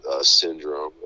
syndrome